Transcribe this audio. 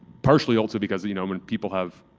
partially also because you know many people have